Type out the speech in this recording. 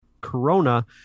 Corona